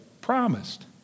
promised